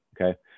Okay